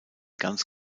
ganz